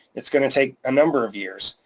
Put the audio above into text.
it's gonna take a number of years,